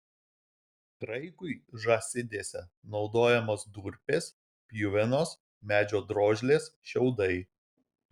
kraikui žąsidėse naudojamos durpės pjuvenos medžio drožlės šiaudai